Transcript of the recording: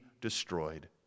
destroyed